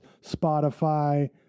Spotify